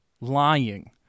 lying